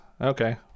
Okay